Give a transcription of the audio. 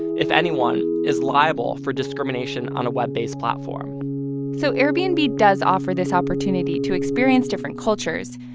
if anyone, is liable for discrimination on a web-based platform so airbnb does offer this opportunity to experience different cultures,